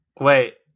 Wait